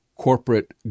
corporate